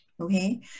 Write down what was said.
Okay